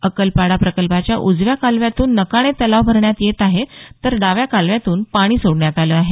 अक्कलपाडा प्रकल्पाच्या उजव्या कालव्यातून नकाणे तलाव भरण्यात येत आहे तर डाव्या कालव्यातून पाणी सोडण्यात आलं आहे